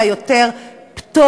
אלא יותר פטור,